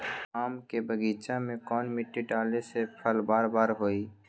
आम के बगीचा में कौन मिट्टी डाले से फल बारा बारा होई?